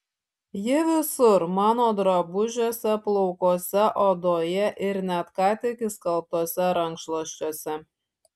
ji visur mano drabužiuose plaukuose odoje ir net ką tik išskalbtuose rankšluosčiuose